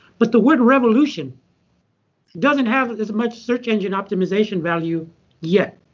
but the world revolution doesn't have as much search engine optimization value yet.